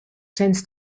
sense